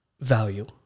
value